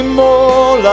more